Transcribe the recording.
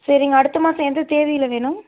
சரிங்க அடுத்த மாதம் எந்த தேதியில் வேணும்